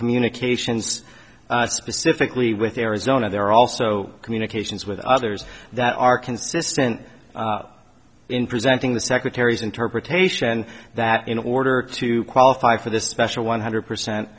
communications specifically with arizona there also communications with others that are consistent in presenting the secretary's interpretation that in order to qualify for the special one hundred percent